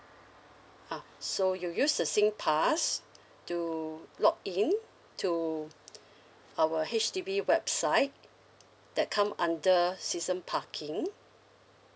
ah so you use the singpass to log in to our H_D_B website that come under season parking